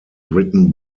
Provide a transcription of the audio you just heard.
written